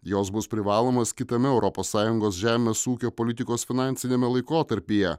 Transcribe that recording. jos bus privalomos kitame europos sąjungos žemės ūkio politikos finansiniame laikotarpyje